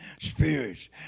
spirits